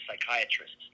psychiatrists